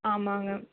ஆமாங்க